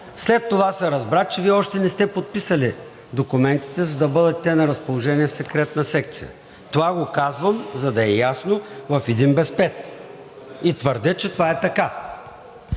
след това се разбра, че Вие още не сте подписали документите, за да бъдат те на разположение в Секретна секция. Това го казвам, за да е ясно в един без пет и твърдя, че това е така.